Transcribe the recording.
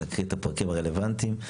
נקריא את הפרקים הרלוונטיים.